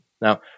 Now